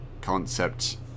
concept